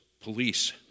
police